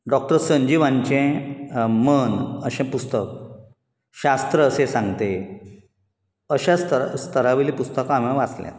Dr Sanjeev हांचें मन अशें पुस्तक शास्त्र असे सांगते अशा स्तरा स्तरावयलीं पुस्तकां हांवें वाचल्यांत